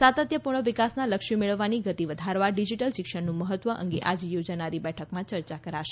સાતત્યપૂર્ણ વિકાસના લક્ષ્યો મેળવવાની ગતિ વધારવા ડિજીટલ શિક્ષણનું મહત્ત્વ અંગે આજે યોજાનારી બેઠકમાં ચર્ચા કરાશે